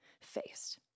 faced